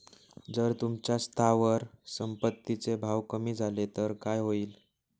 जर तुमच्या स्थावर संपत्ती चे भाव कमी झाले तर काय होईल?